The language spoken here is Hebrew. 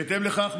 בהתאם לכך,